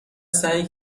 سعی